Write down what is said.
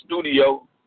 studio